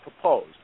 proposed